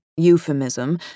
euphemism